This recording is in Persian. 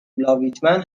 لاویتمن